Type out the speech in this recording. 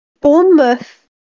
Bournemouth